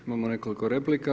Imamo nekoliko replika.